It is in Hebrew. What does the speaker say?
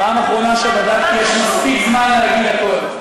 בפעם האחרונה שבדקתי, יש מספיק זמן להגיד הכול.